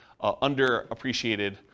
underappreciated